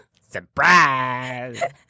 Surprise